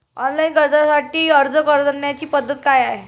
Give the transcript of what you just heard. Online कर्जासाठी अर्ज करण्याची पद्धत काय आहे?